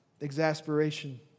exasperation